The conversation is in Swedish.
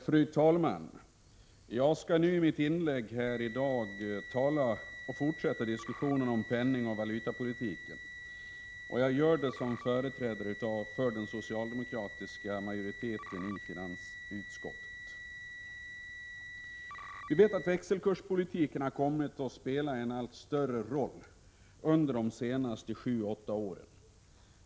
Fru talman! Jag skall börja mitt inlägg med att fortsätta diskussionen om penningoch valutapolitiken. Det gör jag som företrädare för den socialdemokratiska majoriteten i finansutskottet. Vi vet att växelkurspolitiken har kommit att spela en allt större roll under de senaste sju åtta åren.